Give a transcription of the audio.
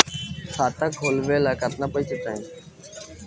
खाता खोलबे ला कितना पैसा चाही?